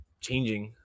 changing